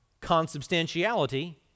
consubstantiality